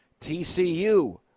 TCU